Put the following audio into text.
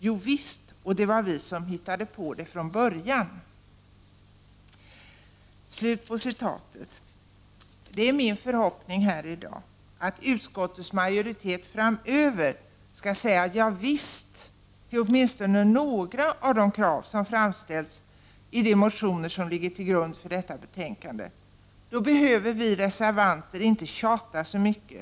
Jovisst, och det var vi som hittade på det från början.” Jag vill säga här i dag att det är min förhoppning att utskottets majoritet framöver skall säga ja till åtminstone några av de krav som framställts i de reservationer som ligger till grund för detta betänkande. Då skulle vi reservanter inte behöva tjata så mycket.